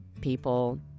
people